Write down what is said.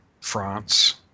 France